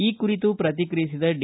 ಈ ಕುರಿತು ಪ್ರತಿಕ್ರಯಿಸಿದ ಡಿ